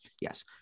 Yes